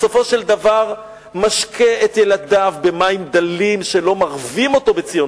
בסופו של דבר משקה את ילדיו במים דלים שלא מרווים אותו בציונות.